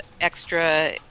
extra